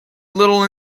little